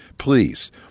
Please